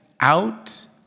out